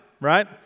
right